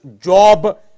job